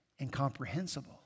incomprehensible